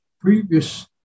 previous